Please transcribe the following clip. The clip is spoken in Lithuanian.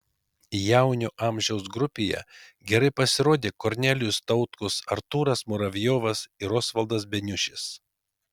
jaunių amžiaus grupėje gerai pasirodė kornelijus tautkus artūras muravjovas ir osvaldas beniušis